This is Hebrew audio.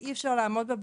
אי אפשר לעמוד בה,